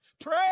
pray